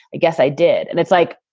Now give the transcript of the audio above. i guess i did. and it's like,